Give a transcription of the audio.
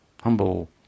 humble